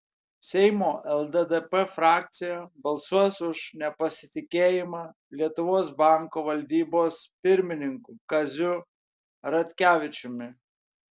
seimo lddp frakcija balsuos už nepasitikėjimą lietuvos banko valdybos pirmininku kaziu ratkevičiumi